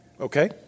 Okay